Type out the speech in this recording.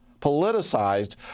politicized